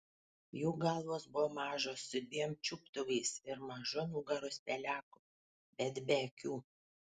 jų galvos buvo mažos su dviem čiuptuvais ir mažu nugaros peleku bet be akių